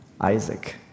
Isaac